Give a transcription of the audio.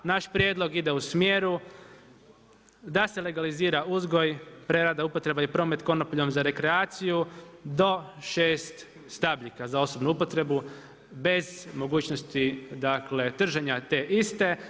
Naš prijedlog ide u smjeru da se legalizira uzgoj, prerada i upotreba i promet konoplja za rekreaciju do 6 stabljika za osobnu upotrebu, bez mogućnosti držanja te iste.